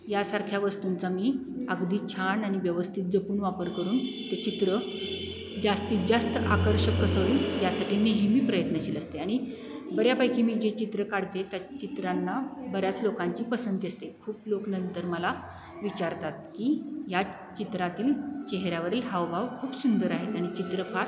यासारख्या वस्तूंचा मी अगदी छान आणि व्यवस्थित जपून वापर करून ते चित्र जास्तीत जास्त आकर्षक कसं होईल यासाठी नेहमी प्रयत्नशील असते आणि बऱ्यापैकी मी जे चित्र काढते त्या चित्रांना बऱ्याच लोकांची पसंती असते खूप लोक नंतर मला विचारतात की या चित्रातील चेहऱ्यावरील हावभाव खूप सुंदर आहेत आणि चित्र फार